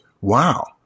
wow